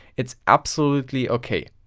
it's absolutely ok!